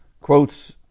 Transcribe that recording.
quotes